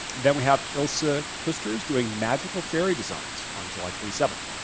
then we have ilse ah kusters doing magical fairy designs on july twenty seventh.